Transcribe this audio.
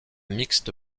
mixte